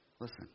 Listen